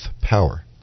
power